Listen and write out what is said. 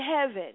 heaven